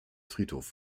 friedhof